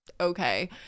okay